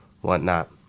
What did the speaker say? whatnot